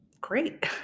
great